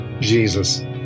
Jesus